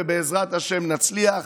ובעזרת השם נצליח: